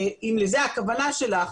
אם לזה הכוונה שלך,